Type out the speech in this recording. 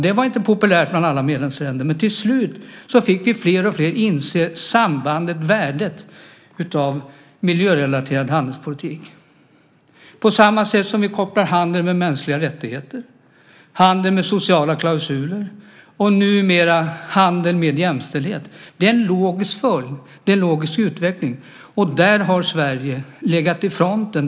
Det var inte populärt bland alla medlemsländer, men till slut fick vi fler och fler att inse sambandet och värdet av miljörelaterad handelspolitik - på samma sätt som vi kopplar handel till mänskliga rättigheter, handel till sociala klausuler och numera också handel till jämställdhet. Det är en logisk följd, en logisk utveckling, och där har Sverige legat i fronten.